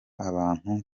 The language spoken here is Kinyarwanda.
abantu